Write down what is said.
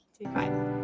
Bye